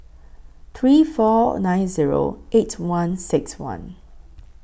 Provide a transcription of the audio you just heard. three four nine Zero eight one six one